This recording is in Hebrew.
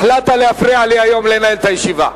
החלטת להפריע לי היום לנהל את הישיבה.